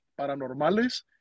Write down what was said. Paranormales